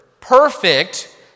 Perfect